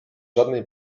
żadnej